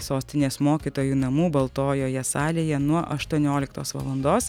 sostinės mokytojų namų baltojoje salėje nuo aštuonioliktos valandos